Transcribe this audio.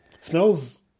Smells